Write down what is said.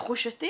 לתחושתי